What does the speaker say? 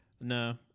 No